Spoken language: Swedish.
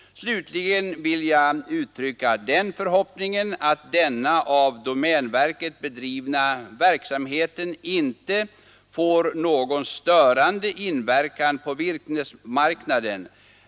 Slutligen vill jag uttrycka den förhoppningen att denna av domänverket bedrivna verksamhet inte får någon störande inverkan på virkesmarknaden.